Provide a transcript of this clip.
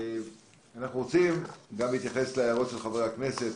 אנחנו רוצים גם להתייחס להערות של חברי הכנסת,